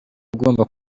ugomba